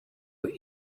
were